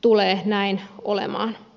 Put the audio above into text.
tulee näin olemaan